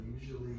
usually